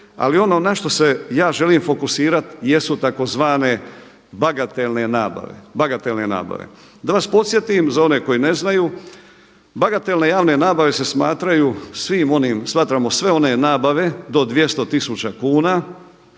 Ali ono na što se ja želim fokusirati jesu tzv. bagatelne nabave. Da vas podsjetim za one koji ne znaju bagatelne javne nabave se smatraju svim onim, smatramo sve one nabave do 200 tisuća